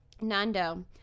Nando